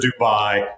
Dubai